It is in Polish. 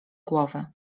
głowy